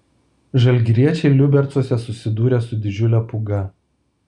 žalgiriečiai liubercuose susidūrė su didžiule pūga